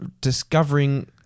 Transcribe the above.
discovering